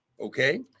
Okay